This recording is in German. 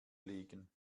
legen